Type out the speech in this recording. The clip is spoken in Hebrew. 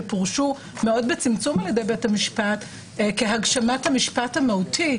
שפורשו מאוד בצמצום על ידי בית המשפט כהגשמת המשפט המהותי,